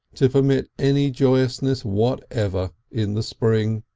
to permit any joyousness whatever in the spring.